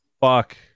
fuck